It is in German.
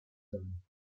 sein